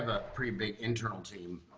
pretty big internal team.